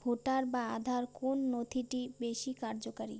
Voter বা আধার কোন নথিটি বেশী কার্যকরী?